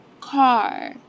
car